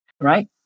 Right